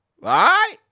right